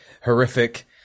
horrific